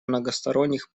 многосторонних